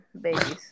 babies